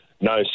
No